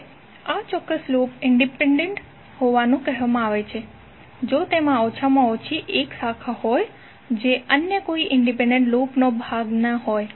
હવે આ ચોક્કસ લૂપ ઇંડિપેન્ડન્ટ હોવાનું કહેવામાં આવે છે જો તેમાં ઓછામાં ઓછી એક શાખા હોય જે અન્ય કોઈ ઇંડિપેન્ડન્ટ લૂપનો ભાગ ન હોય